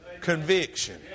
conviction